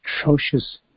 atrocious